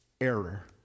error